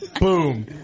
Boom